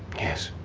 yes,